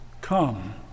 come